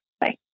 Bye